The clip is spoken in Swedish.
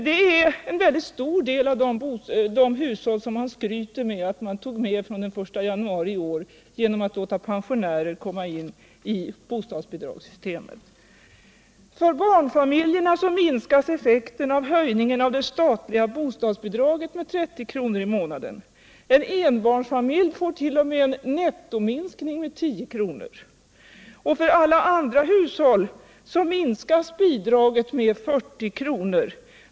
Det är en väldigt stor del av de hushåll som man skryter med att man tog med från den 1 januari i år genom att låta pensionärer komma in i bostadsbidragssystemet. För barnfamiljerna minskas effekten av höjningen med 30 kr. i månaden av det statliga bostadsbidraget. En enbarnsfamilj får t.o.m. en nettominskning med 10 kr. För alla andra hushåll minskas bidragen med 40 kr.